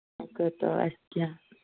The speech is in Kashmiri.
وۅنۍ کٔرۍتَو اَسہِ کیٚنٛہہ